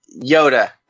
Yoda